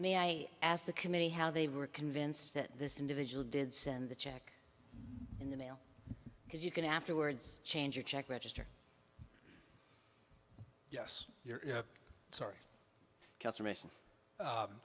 may i ask the committee how they were convinced that this individual did send the check in the mail because you can afterwards change your check register yes you're sorry